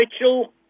Mitchell